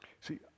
See